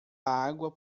água